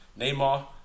Neymar